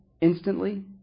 instantly